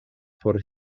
por